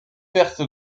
perth